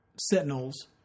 sentinels